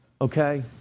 okay